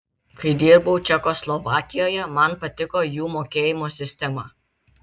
kai dirbau čekoslovakijoje man patiko jų mokėjimo sistema